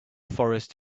forest